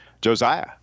josiah